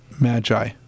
Magi